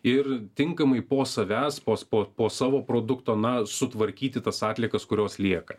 ir tinkamai po savęs pos po savo produkto na sutvarkyti tas atliekas kurios lieka